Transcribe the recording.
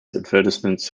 advertisements